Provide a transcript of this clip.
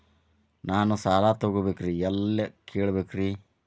ನಾನು ಸಾಲ ತೊಗೋಬೇಕ್ರಿ ಎಲ್ಲ ಕೇಳಬೇಕ್ರಿ?